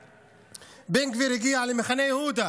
בן גביר הגיע למחנה יהודה,